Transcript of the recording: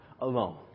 alone